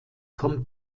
kommt